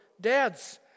Dads